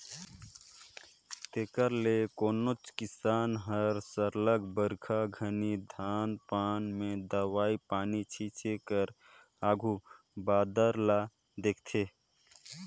तेकर ले कोनोच किसान हर सरलग बरिखा घनी धान पान में दवई पानी छींचे कर आघु बादर ल देखथे